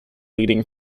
leading